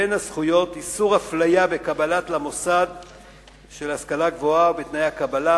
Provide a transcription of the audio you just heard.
בין הזכויות: איסור אפליה בקבלה למוסד של השכלה גבוהה ובתנאי הקבלה,